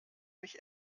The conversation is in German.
mich